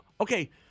okay